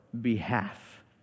behalf